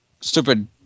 Stupid